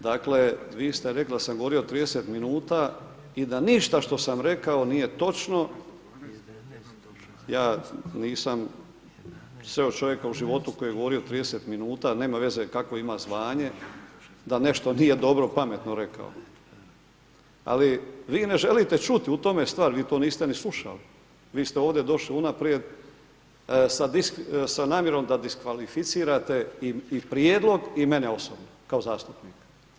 Dakle, vi ste rekli da sam govorio 30 minuta i da ništa što sam rekao nije točno, ja nisam sreo čovjeka u životu koji je govorio 30 minuta, nema veze kakvo ima zvanje, da nešto nije dobro, pametno rekao, ali vi ne želite čut', u tome je stvar, vi to niste ni slušali, vi ste ovdje došli unaprijed sa namjerom da diskvalificirate i prijedlog, i mene osobno kao zastupnika.